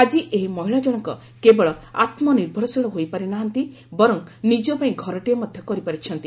ଆକି ଏହି ମହିଳା ଜଶଙ୍କ କେବଳ ଆତ୍କ ନିର୍ଭରଶୀଳ ହୋଇପାରି ନାହାନ୍ତି ବରଂ ନିଜ ପାଇଁ ଘରଟିଏ ମଧ କରିପାରିଛନ୍ତି